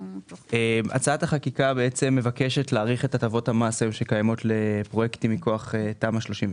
הצעת החקיקה מבקשת להאריך את הטבות המס שקיימות לפרויקטים מכוח תמ"א 38,